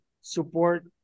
support